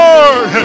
Lord